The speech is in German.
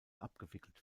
abgewickelt